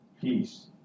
Peace